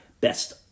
Best